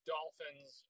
Dolphins